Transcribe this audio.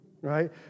right